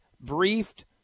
briefed